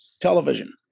television